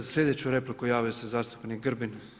Za slijedeću repliku javio se zastupnik Grbin.